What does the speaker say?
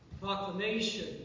proclamation